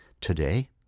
today